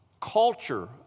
Culture